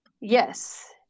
yes